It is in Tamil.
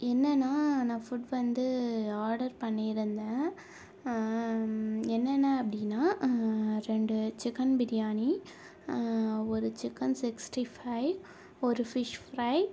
என்னன்னா நான் ஃபுட் வந்து ஆர்டர் பண்ணிருந்தேன் என்னென்ன அப்படின்னா ரெண்டு சிக்கன் பிரியாணி ஒரு சிக்கன் சிக்ஸ்டி பைவ் ஒரு ஃபிஷ் ஃப்ரை